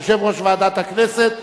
יושב-ראש ועדת הכנסת?